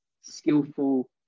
skillful